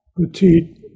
petite